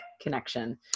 connection